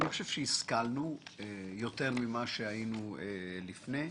אני חושב שהשכלנו יותר ממה שהיינו לפני.